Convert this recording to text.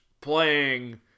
playing